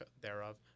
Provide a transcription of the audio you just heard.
thereof